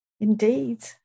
indeed